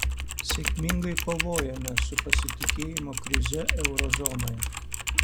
sėkmingai kovojome su pasitikėjimo krize euro zonoje